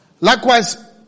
Likewise